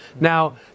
Now